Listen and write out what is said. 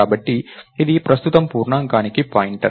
కాబట్టి ఇది ప్రస్తుతం పూర్ణాంకానికి పాయింటర్